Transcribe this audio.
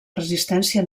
resistència